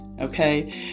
okay